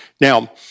Now